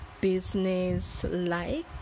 business-like